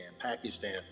Pakistan